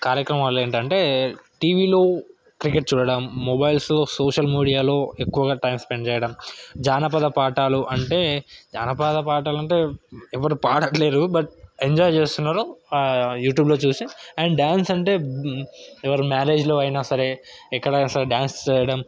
కార్యక్రమాలు ఏంటంటే టీవీలో క్రికెట్ చూడడం మొబైల్స్ సోషల్ మీడియాలో ఎక్కువగా టైమ్ స్పెండ్ చేయడం జానపద పాటలు అంటే జానపద పాటలంటే ఎవరు పాడట్లేరు బట్ ఎంజాయ్ చేస్తున్నరు యూట్యూబ్లో చూసి అండ్ డ్యాన్స్ అంటే ఎవరి మ్యారేజ్లో అయినా సరే ఎక్కడైనా సరే డ్యాన్స్ చేయడం